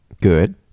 Good